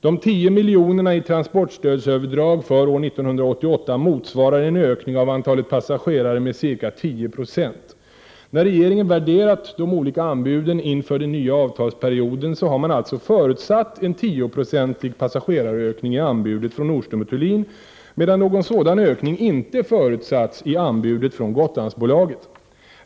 De 10 miljonerna i transportstödsöverdrag för år 1988 motsvarar en ökning av antalet passagerare med ca 10 26. När regeringen värderat de olika anbuden inför den nya avtalsperioden har man alltså förutsatt en 10 procentig passagerarökning i anbudet från Nordström & Thulin, medan någon sådan ökning inte förutsatts i anbudet från Gotlandsbolaget.